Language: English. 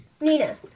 Nina